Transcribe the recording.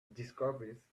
discoveries